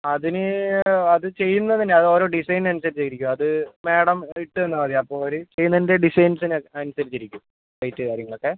അതിന് അത് ചെയ്യുന്നതിന അത് ഓരോ ഡിസൈൻ അനുസരിച്ചിരിക്കും അത് മാഡം ഇട്ട് തന്നാൽ മതി അപ്പോൾ അവർ ചെയ്യുന്നതിൻ്റെ ഡിസൈൻസിനനുസരിച്ചിരിക്കും റേറ്റ് കാര്യങ്ങളൊക്കെ